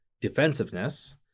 defensiveness